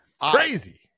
crazy